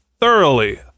thoroughly